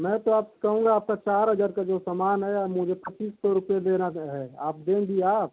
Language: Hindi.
मैं तो आप कहूँगा आपका चार हज़ार का जो सामान है मुझे पच्चीस सौ रुपये देना है आप देंगी आप